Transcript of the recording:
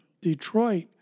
Detroit